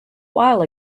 while